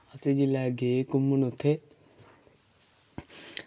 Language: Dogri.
अस जेल्लै गै घुम्मन उत्थै